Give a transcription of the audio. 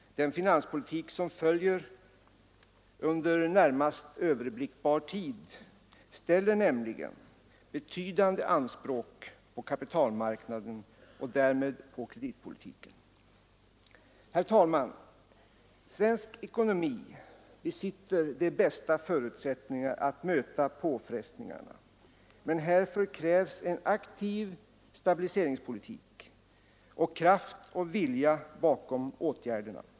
Den finanspolitik som följer under närmast överblickbar tid ställer nämligen betydande anspråk på kapitalmarknaden och därmed på kreditpolitiken. Herr talman! Svensk ekonomi besitter de bästa förutsättningar att möta påfrestningarna, men härför krävs en aktiv stabiliseringspolitik och kraft och vilja bakom åtgärderna.